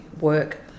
work